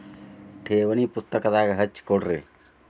ಠೇವಣಿ ಪುಸ್ತಕದಾಗ ಹಚ್ಚಿ ಕೊಡ್ರಿ